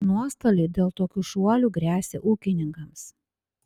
nuostoliai dėl tokių šuolių gresia ūkininkams